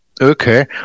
Okay